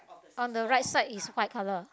on the right side is white colour